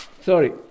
Sorry